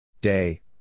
Day